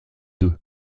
deux